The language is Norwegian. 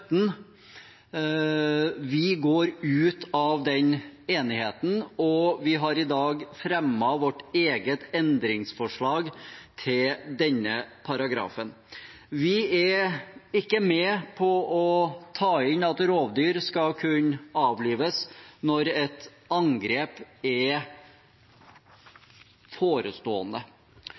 Vi går ut av den enigheten og har i dag fremmet vårt eget endringsforslag til denne paragrafen. Vi er ikke med på å ta inn at rovdyr skal kunne avlives når et angrep er forestående.